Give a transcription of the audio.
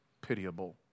pitiable